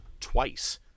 twice